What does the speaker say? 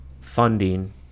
funding